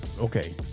Okay